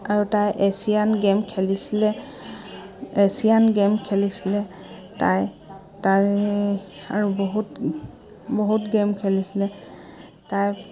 আৰু তাই Asian game খেলিছিলে এছিয়ান গেম খেলিছিলে তাই তাই আৰু বহুত বহুত গেম খেলিছিলে তাই